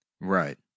Right